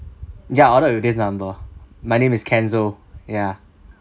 ya ordered with this number my name is kenzo ya